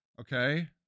Okay